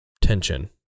tension